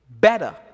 better